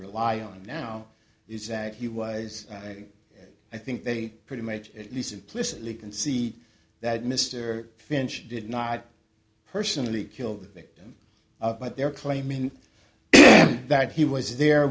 rely on now is that he was i think they pretty much at least implicitly can see that mr finch did not personally kill the victim up but they're claiming that he was there